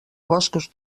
boscos